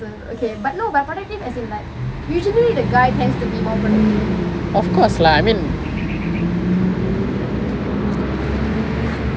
of course lah I mean